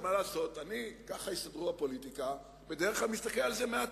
מה לעשות, אני בדרך כלל מסתכל על זה מהצד,